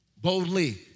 Boldly